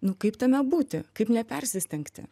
nu kaip tame būti kaip nepersistengti